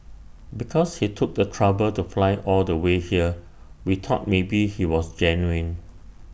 because he took the trouble to fly all the way here we thought maybe he was genuine